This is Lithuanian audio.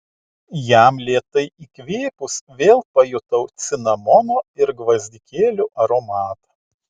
jam lėtai įkvėpus vėl pajutau cinamono ir gvazdikėlių aromatą